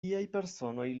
personoj